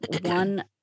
one